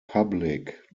public